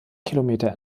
kilometer